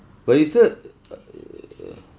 but you said err